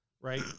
right